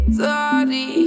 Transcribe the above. sorry